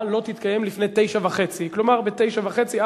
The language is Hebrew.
לא תתקיים לפני 21:30. כלומר ב-21:30.